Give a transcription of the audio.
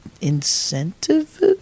incentive